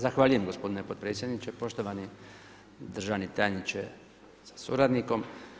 Zahvaljujem gospodine potpredsjedniče, poštovani državni tajniče sa suradnikom.